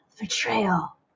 Betrayal